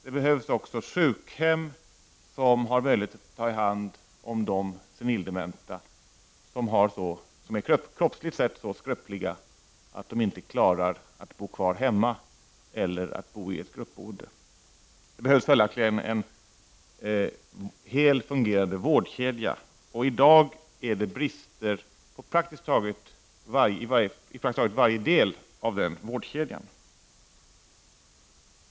Det behövs också sjukhem som har möjlighet att ta hand om de senildementa som är kroppsligt sett så skröpliga att de inte klarar att bo kvar hemma eller att bo i ett gruppboende. Det behövs en helt fungerande vårdkedja, och i dag finns det brister i praktiskt taget varje del av den vårdkedjan.